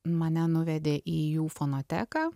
mane nuvedė į jų fonoteką